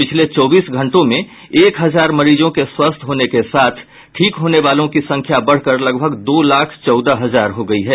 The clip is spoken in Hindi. पिछले चौबीस घंटों में एक हजार मरीजों के स्वस्थ होने के साथ ठीक होने वालों की संख्या बढ़कर लगभग दो लाख चौदह हजार हो गयी है